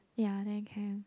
ya then can